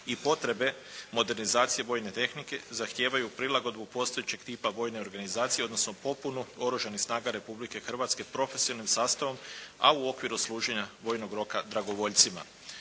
i potrebe modernizacije vojne tehnike zahtijevaju prilagodbu postojećeg tipa vojne organizacije odnosno popunu Oružanih snaga Republike Hrvatske profesionalnim sastavom a u okviru služenja vojnog roka dragovoljcima.